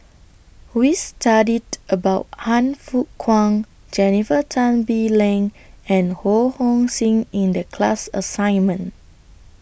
We studied about Han Fook Kwang Jennifer Tan Bee Leng and Ho Hong Sing in The class assignment